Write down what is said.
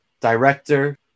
director